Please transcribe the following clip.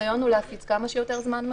כשהניסיון הוא להפיץ כמה שיותר זמן מראש.